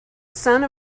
sun